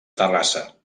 terrassa